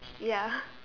ya